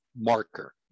marker